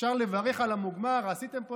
אפשר לברך על המוגמר, עשיתם פה.